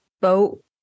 boat